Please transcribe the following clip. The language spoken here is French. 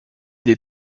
des